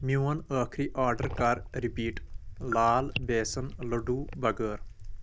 میون أخری آڈر کر رِپیٖٹ لال بیسن لٔڈوٗ بَغٲر